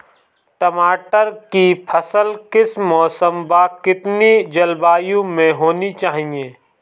टमाटर की फसल किस मौसम व कितनी जलवायु में होनी चाहिए?